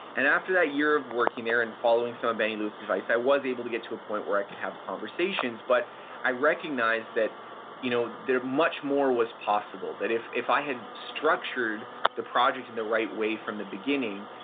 and after that year of working there and following some of benny lewis' advice, i was able to get to a point where i could have conversations. but i recognize that you know much more was possible. that if if i had structured the project in the right way from the beginning,